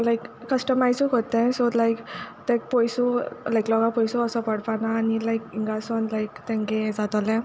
लायक कस्टमाइजू कोत्ताय सो लायक तेक पोयसू लायक लोकां पोयसू वोसोे पोडपाना आनी लायक इंगा सोन लायक तेंगे जातोलें